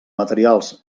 materials